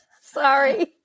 Sorry